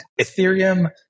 Ethereum